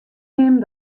him